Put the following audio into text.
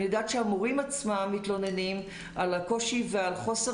אני יודעת שהמורים עצמם מתלוננים על הקושי ועל חוסר